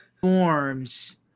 forms